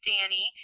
Danny